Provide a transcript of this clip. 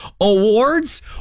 awards